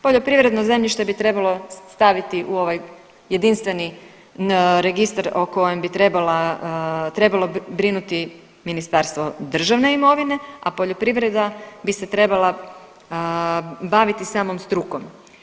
Poljoprivredno zemljište bi trebalo staviti u ovaj jedinstveni registar o kojem bi trebalo brinuti Ministarstvo državne imovine, a poljoprivreda bi se trebala baviti samom strukom.